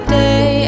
day